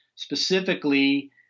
Specifically